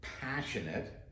passionate